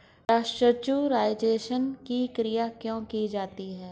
Pasteurisation की क्रिया क्यों की जाती है?